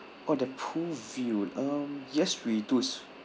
oh the pool viewed um yes we do s~